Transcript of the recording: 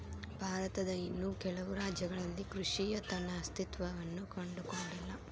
ಭಾರತದ ಇನ್ನೂ ಕೆಲವು ರಾಜ್ಯಗಳಲ್ಲಿ ಕೃಷಿಯ ತನ್ನ ಅಸ್ತಿತ್ವವನ್ನು ಕಂಡುಕೊಂಡಿಲ್ಲ